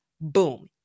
Boom